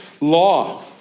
law